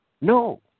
No